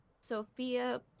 Sophia